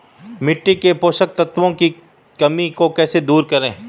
मिट्टी के पोषक तत्वों की कमी को कैसे दूर करें?